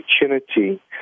opportunity